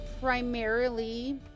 primarily